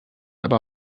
aber